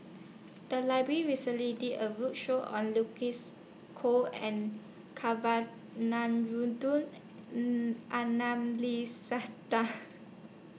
The Library recently did A roadshow on Lucy's Koh and